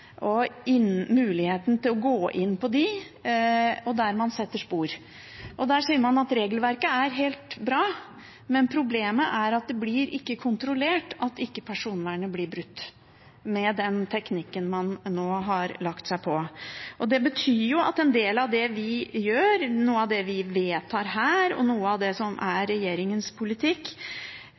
og muligheten til å gå inn på dem og hvorvidt man setter spor. Der sier man at regelverket er helt bra, men problemet er at det ikke blir kontrollert at ikke personvernet blir brutt med den teknikken man nå har lagt seg på. Det betyr jo at en del av det vi gjør, noe av det vi vedtar her, og noe av det som er regjeringens politikk,